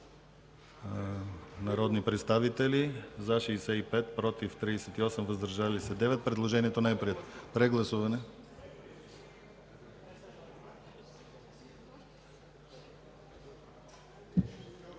народни представители: за 65, против 38, въздържали се 9. Предложението не е прието. Прегласуване.